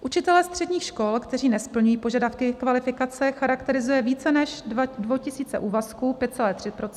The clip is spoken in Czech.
Učitelé středních škol, kteří nesplňují požadavky kvalifikace, charakterizuje více než 2 tisíce úvazků, 5,3 %.